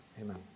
Amen